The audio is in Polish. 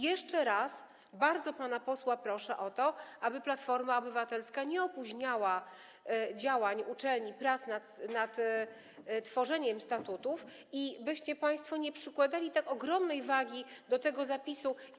Jeszcze raz bardzo pana posła proszę o to, aby Platforma Obywatelska nie opóźniała działań uczelni, prac nad tworzeniem statutów i byście państwo nie przykładali tak ogromnej wagi do tego zapisu.